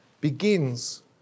begins